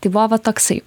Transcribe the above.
tai buvo va toksai